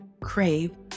crave